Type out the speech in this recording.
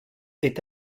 est